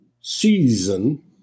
season